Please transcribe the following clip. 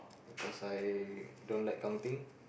cause I don't like counting